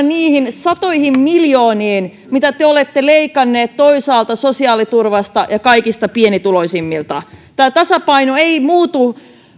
niihin satoihin miljooniin mitä te olette leikanneet toisaalta sosiaaliturvasta ja kaikista pienituloisimmilta tämä tasapaino ei muutu